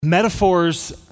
Metaphors